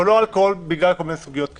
אבל לא אלכוהול בגלל כל מיני סוגיות כאלה.